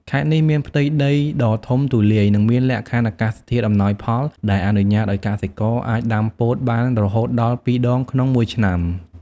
ខេត្តនេះមានផ្ទៃដីដ៏ធំទូលាយ និងមានលក្ខខណ្ឌអាកាសធាតុអំណោយផល ដែលអនុញ្ញាតឱ្យកសិករអាចដាំពោតបានរហូតដល់ ពីរដងក្នុងមួយឆ្នាំ។